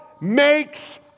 makes